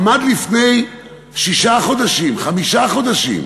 עמד לפני שישה חודשים, חמישה חודשים,